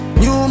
new